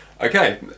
Okay